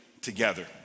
together